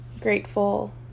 grateful